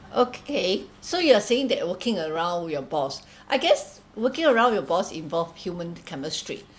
okay so you are saying that working around your boss I guess working around your boss involved human chemistry